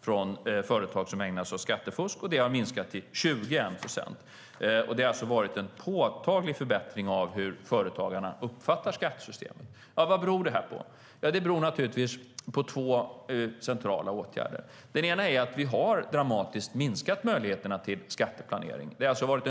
från företag som ägnade sig åt skattefusk. Det har minskat till 21 procent. Det har alltså varit en påtaglig förbättring av hur företagarna uppfattar skattesystemet. Vad beror det på? Det beror naturligtvis på två centrala åtgärder. Den ena är att vi har minskat möjligheterna till skatteplanering dramatiskt.